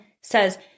says